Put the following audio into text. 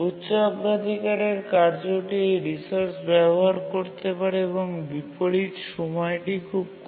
উচ্চ অগ্রাধিকারের কার্যটি এই রিসোর্স ব্যবহার করতে পারে এবং বিপরীত সময়টি খুব কম হবে